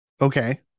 Okay